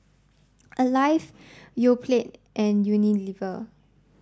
alive Yoplait and Unilever